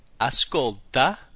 ascolta